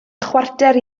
chwarter